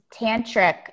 tantric